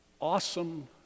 awesome